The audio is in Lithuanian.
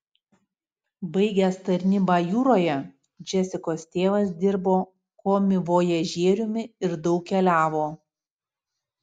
baigęs tarnybą jūroje džesikos tėvas dirbo komivojažieriumi ir daug keliavo